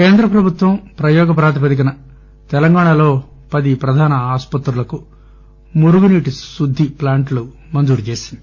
కేంద్ర ప్రభుత్వం ప్రయోగ ప్రాతిపదికన తెలంగాణాలో పది ప్రధాన ఆసుపత్రుల్లో మురుగునీటి శుద్ది ప్లాంటులు మంజురు చేసింది